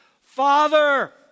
Father